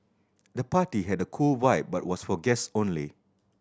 the party had a cool vibe but was for guests only